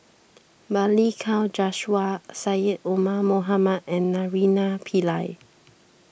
Balli Kaur Jaswal Syed Omar Mohamed and Naraina Pillai